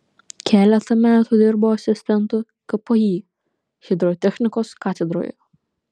keletą metų dirbo asistentu kpi hidrotechnikos katedroje